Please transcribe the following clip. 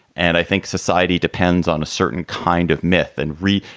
and i think society depends on a certain kind of myth and read.